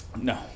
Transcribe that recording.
No